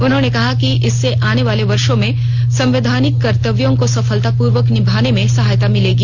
उन्होंने कहा कि इससे आने वाले वर्षो में संवैधानिक कर्तव्यों को सफलतापूर्वक निभाने में सहायता मिलेगी